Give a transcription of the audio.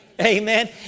Amen